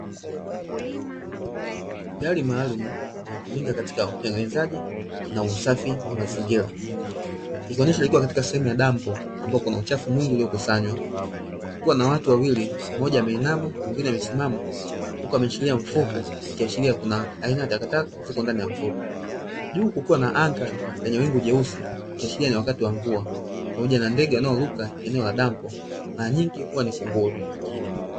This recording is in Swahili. Gari maalum linalotumika katika utengenezaji na usafi wa mazingira, likionyesha likiwa katika sehemu ya dampo ambapo kuna uchafu mwingi uliokusanywa kukiwa na watu wawili mmoja ameinama na mwingine amesimama huku ameshikilia mfuko ikiashiria kuna aina ya takataka ziko ndani ya mfuko, juu kukiwa na anga lenye wingu jeusi likiashiria ni wakati wa mvua, pamoja na ndege wanaoruka eneo la dampo mara nyingi huwa ni kunguru.